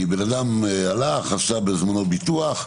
בן אדם הלך, עשה בזמנו ביטוח,